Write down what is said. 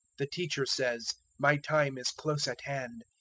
the teacher says, my time is close at hand.